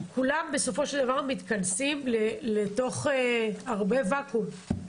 כולם בסופו של דבר מתכנסים לתוך הרבה ואקום.